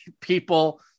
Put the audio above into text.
people